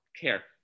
care